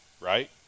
right